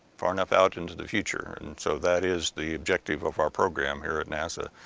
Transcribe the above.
far enough out into the future, and so that is the objective of our program here at nasa,